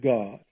God